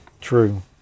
True